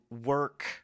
work